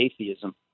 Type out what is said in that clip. atheism